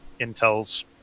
Intel's